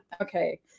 Okay